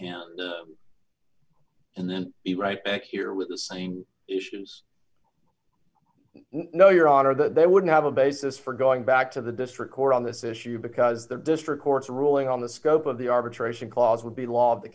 a and then be right back here with the same issues no your honor that they wouldn't have a basis for going back to the district court on this issue because the district court's ruling on the scope of the arbitration clause would be law